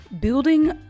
building